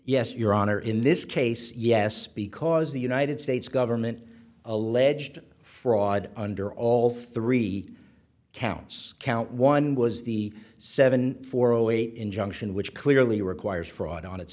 yes your honor in this case yes because the united states government alleged fraud under all three counts count one was the seven four zero eight injunction which clearly requires fraud on